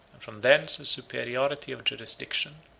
and from thence a superiority of jurisdiction.